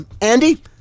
Andy